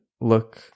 look